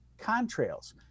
contrails